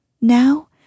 Now